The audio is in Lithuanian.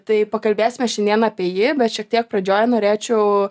tai pakalbėsime šiandien apie jį bet šiek tiek pradžioj norėčiau